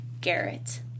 Garrett